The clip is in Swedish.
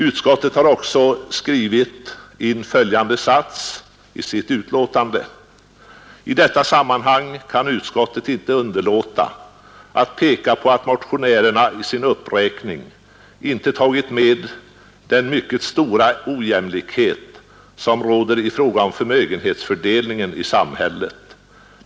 Utskottet har också skrivit in följande i sitt utlåtande: ”I detta sammanhang kan utskottet inte underlåta att peka på att motionärerna i sin uppräkning inte tagit med den mycket stora ojämlikhet som råder i fråga om förmögenhetsfördelningen i samhället.